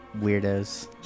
weirdos